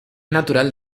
natural